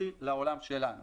לעולם שלנו